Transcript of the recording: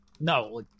no